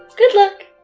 good luck!